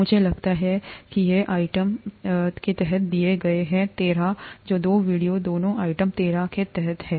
मुझे लगता है कि ये आइटम के तहत दिए गए हैं 13 ये दो वीडियो दोनों आइटम 13 के तहत हैं